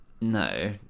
No